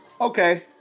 Okay